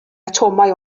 atomau